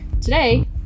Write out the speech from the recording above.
Today